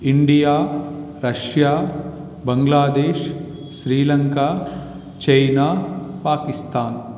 India Russia Bangladesh Sri Lanka China Pakistan